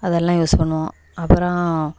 அதெல்லாம் யூஸ் பண்ணுவோம் அப்புறோம்